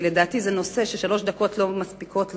כי לדעתי זה נושא ששלוש דקות לא מספיקות לו.